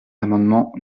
l’amendement